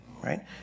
right